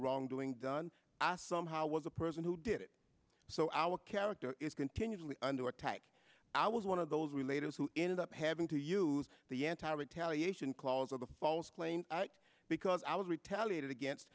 wrongdoing done asked somehow was the person who did it so our character is continually under attack i was one of those we later who ended up having to use the anti retaliation clause of a false claim because i was retaliated against